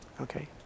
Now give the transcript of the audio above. Okay